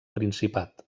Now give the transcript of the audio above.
principat